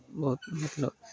बहुत मतलब